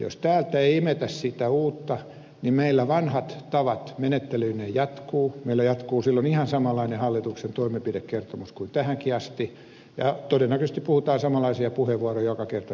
jos täältä ei imetä sitä uutta niin meillä vanhat tavat menettelyineen jatkuvat meillä jatkuu silloin ihan samanlainen hallituksen toimenpidekertomus kuin tähänkin asti ja todennäköisesti puhutaan samanlaisia puheenvuoroja joka kerta niin kuin tähänkin asti